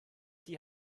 die